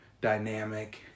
dynamic